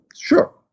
Sure